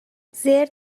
زرت